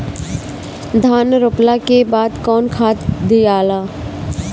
धान रोपला के बाद कौन खाद दियाला?